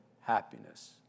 happiness